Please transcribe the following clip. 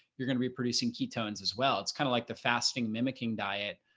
you're going to be producing ketones as well. it's kind of like the fasting mimicking diet.